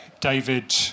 David